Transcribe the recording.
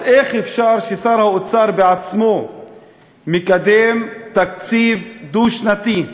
אז איך אפשר ששר האוצר בעצמו מקדם תקציב דו-שנתי?